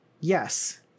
Yes